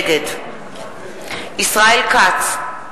נגד ישראל כץ,